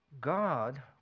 God